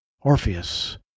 Orpheus